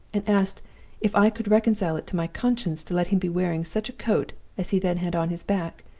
and asked if i could reconcile it to my conscience to let him be wearing such a coat as he then had on his back,